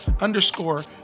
underscore